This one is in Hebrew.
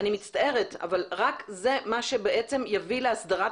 הדרך היחידה שהם יוצאים